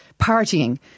partying